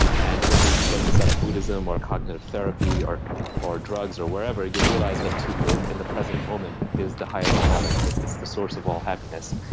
and whether you get this out of buddhism or cognitive therapy or or drugs or wherever, you realize that to live in the present moment is the highest calling it's it's the source of all happiness.